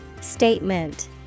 Statement